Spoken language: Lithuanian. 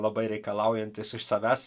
labai reikalaujantis iš savęs